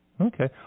Okay